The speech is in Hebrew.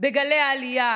בגלי העלייה